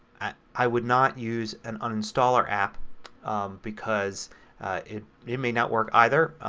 i would not use an uninstaller app because it may may not work either.